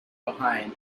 behind